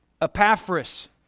Epaphras